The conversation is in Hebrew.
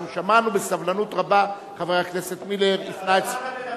אנחנו שמענו בסבלנות רבה, חבר הכנסת מילר הפנה את,